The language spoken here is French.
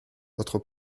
votre